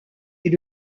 est